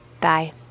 Bye